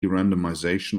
randomization